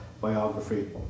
biography